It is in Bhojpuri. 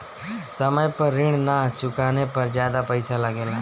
समय पर ऋण ना चुकाने पर ज्यादा पईसा लगेला?